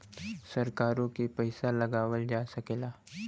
सरकारों के पइसा लगावल जा सकेला